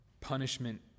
punishment